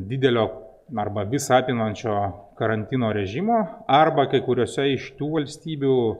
didelio arba visa apimančio karantino režimo arba kai kuriose iš tų valstybių